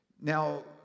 Now